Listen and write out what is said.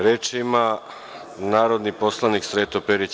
Reč ima narodni poslanik Sreto Perić.